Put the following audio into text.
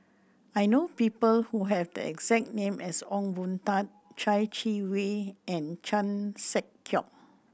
I know people who have the exact name as Ong Boon Tat Chai Yee Wei and Chan Sek Keong